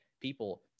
people